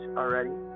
already